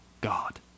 God